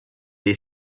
dei